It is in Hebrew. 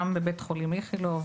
גם בבית חולים איכילוב,